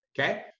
okay